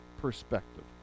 perspective